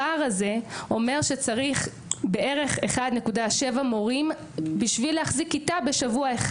הפער הזה אומר שצריך בערך 1.7 מורים בשביל להחזיק כיתה בשבוע אחד.